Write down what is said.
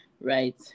right